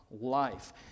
life